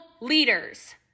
leaders